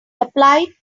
applied